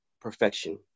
perfection